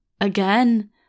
Again